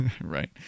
Right